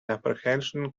apprehension